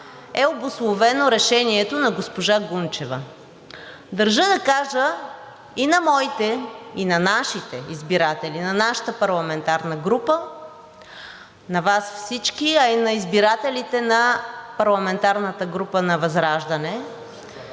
е обусловено решението на госпожа Гунчева. Държа да кажа и на моите, и на нашите избиратели – на нашата парламентарна група, на Вас всички, а и на избирателите на парламентарната група на ВЪЗРАЖДАНЕ,